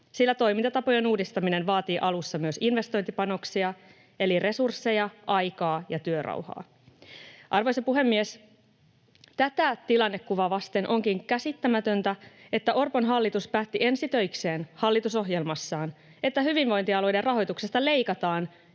sillä toimintatapojen uudistaminen vaatii alussa myös investointipanoksia eli resursseja, aikaa ja työrauhaa. Arvoisa puhemies! Tätä tilannekuvaa vasten onkin käsittämätöntä, että Orpon hallitus päätti ensi töikseen, hallitusohjelmassaan, että hyvinvointialueiden rahoituksesta leikataan